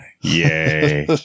Yay